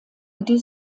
die